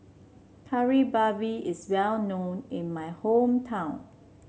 Kari Babi is well known in my hometown